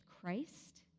christ